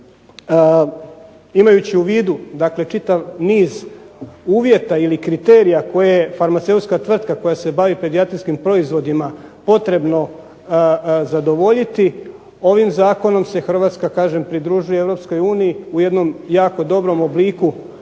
imajući u vidu, dakle čitav niz uvjeta ili kriterija koje farmaceutska tvrtka koja se bavi pedijatrijskim proizvodima potrebno zadovoljiti ovim Zakonom se Hrvatska kažem pridružuje Europskoj uniji u jednom jako dobrom obliku